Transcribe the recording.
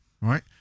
right